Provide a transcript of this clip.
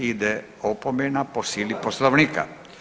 Ide opomena po sili Poslovnika.